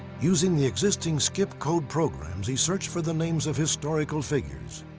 using the existing skip code programs, he searched for the names of historical figures.